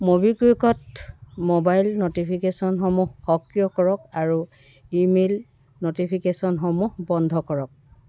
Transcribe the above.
ম'বিকুইকত ম'বাইল ন'টিফিকেশ্যনসমূহ সক্ৰিয় কৰক আৰু ইমেইল ন'টিফিকেশ্যনসমূহ বন্ধ কৰক